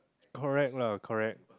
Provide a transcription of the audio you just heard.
correct lah correct